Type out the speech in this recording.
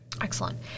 Excellent